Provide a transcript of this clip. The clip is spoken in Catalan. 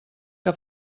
que